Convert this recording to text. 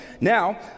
Now